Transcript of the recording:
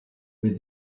with